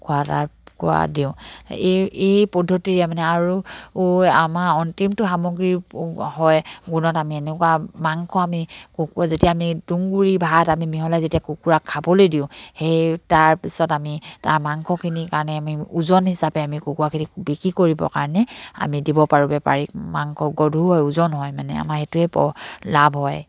খোৱা তাৰ খোৱা দিওঁ এই এই পদ্ধতিৰে মানে আৰু আমাৰ অন্তিমটো সামগ্ৰী হয় গুণত আমি এনেকুৱা মাংস আমি কুকুৰা যেতিয়া আমি তুঁহগুৰি ভাত আমি মিহলাই যেতিয়া কুকুৰাক খাবলৈ দিওঁ সেই তাৰপিছত আমি তাৰ মাংসখিনিৰ কাৰণে আমি ওজন হিচাপে আমি কুকুৰাখিনিক বিক্ৰী কৰিবৰ কাৰণে আমি দিব পাৰোঁ বেপাৰীক মাংস গধুৰ হয় ওজন হয় মানে আমাৰ এইটোৱে প লাভ হয়